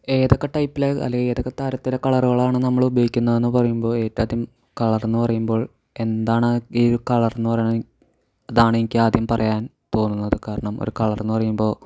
ഏതൊക്കെ ടൈപ്പിലാണ് അല്ലെങ്കിൽ ഏതൊക്കെ തരത്തിലാണ് കളറുകളാണ് നമ്മൾ ഉപയോഗിക്കുന്നതെന്ന് പറയുമ്പോൾ ഏറ്റവും ആദ്യം കളർ എന്ന് പറയുമ്പോൾ എന്താണ് ഈ കളർ ഏന്ന് പറയുന്നത് ഇതാണ് എനിക്ക് ആദ്യം പറയാൻ തോന്നുന്നത് കാരണം ഒരു കളർ എന്ന് പറയുമ്പോൾ